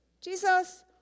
Jesus